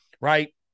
right